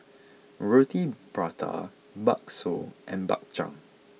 Roti Prata Bakso and Bak Chang